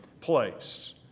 place